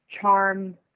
Charm